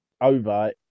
over